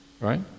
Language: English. right